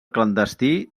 clandestí